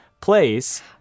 place